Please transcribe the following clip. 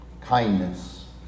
kindness